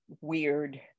weird